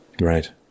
Right